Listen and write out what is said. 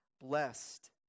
blessed